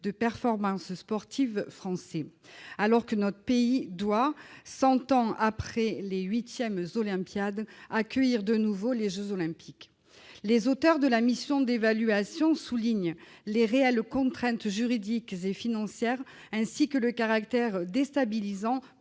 de performance sportive français », alors que notre pays doit, cent ans après les huitièmes olympiades, accueillir de nouveau les jeux Olympiques. Les auteurs de la mission d'évaluation soulignent « les réelles contraintes juridiques et financières, ainsi que le caractère déstabilisant